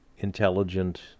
intelligent